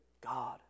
God